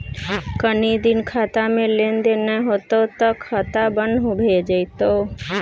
कनी दिन खातामे लेन देन नै हेतौ त खाता बन्न भए जेतौ